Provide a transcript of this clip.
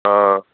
অঁ